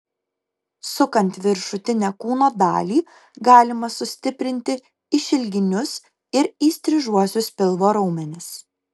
sukant viršutinę kūno dalį galima sustiprinti išilginius ir įstrižuosius pilvo raumenis